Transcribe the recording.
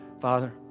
Father